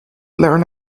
learn